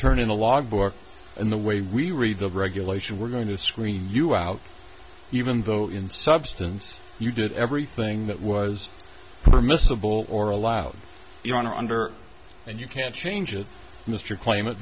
turn in a logbook in the way we read the regulation we're going to screen you out even though in substance you did everything that was permissible or allowed your honor under and you can't change it mr cl